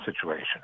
situation